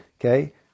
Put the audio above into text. okay